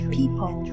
people